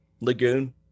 lagoon